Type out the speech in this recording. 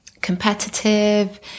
competitive